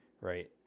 right